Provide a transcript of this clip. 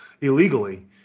illegally